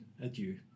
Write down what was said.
adieu